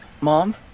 mom